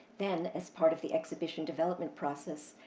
then, as part of the exhibition development process,